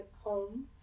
home